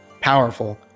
powerful